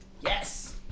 Yes